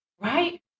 Right